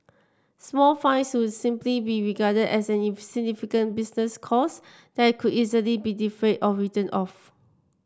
small fines would simply be regarded as an insignificant business cost that can easily be defrayed or written off